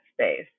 space